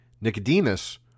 Nicodemus